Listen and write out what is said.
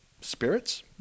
spirits